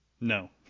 No